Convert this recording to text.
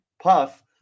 Puff